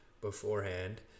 beforehand